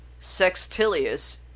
Sextilius